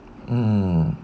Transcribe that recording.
um